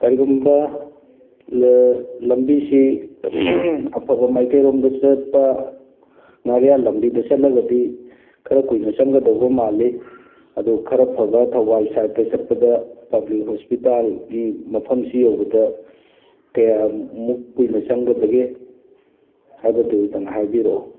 ꯀꯔꯤꯒꯨꯝꯕ ꯂꯝꯕꯤꯁꯤ ꯑꯐꯕ ꯃꯥꯏꯀꯩ ꯔꯣꯝꯗ ꯆꯠꯄ ꯉꯥꯔꯤꯌꯥꯟ ꯂꯝꯕꯤꯗ ꯆꯠꯂꯒꯗꯤ ꯈꯔ ꯀꯨꯏꯅ ꯆꯪꯒꯗꯧꯕ ꯃꯥꯜꯂꯤ ꯑꯗꯨ ꯈꯔ ꯐꯕ ꯊꯧꯕꯥꯜ ꯁꯥꯏꯠꯇ ꯆꯠꯄꯗ ꯄꯥꯕ꯭ꯂꯤꯛ ꯍꯣꯁꯄꯤꯇꯥꯜꯒꯤ ꯃꯐꯝꯁꯤ ꯌꯧꯕꯗ ꯀꯌꯥꯃꯨꯛ ꯀꯨꯏꯅ ꯆꯪꯒꯗꯒꯦ ꯍꯥꯏꯕꯗꯨꯗꯪ ꯍꯥꯏꯕꯤꯔꯛꯑꯣ